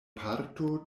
parto